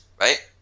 right